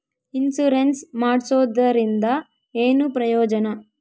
Insurance ಮಾಡ್ಸೋದರಿಂದ ಏನು ಪ್ರಯೋಜನ?